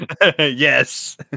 Yes